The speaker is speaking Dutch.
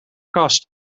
kast